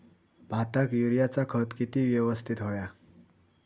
भाताक युरियाचा खत किती यवस्तित हव्या?